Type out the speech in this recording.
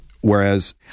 Whereas